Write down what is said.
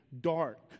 dark